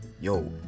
yo